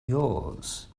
yours